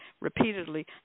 repeatedly